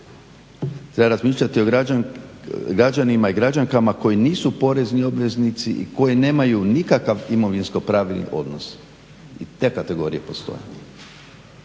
Za razmišljati je o građanima i građankama koji nisu porezni obveznici i koji nemaju nikakav imovinsko-pravni odnos. I te kategorije postoje.